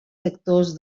sectors